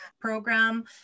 program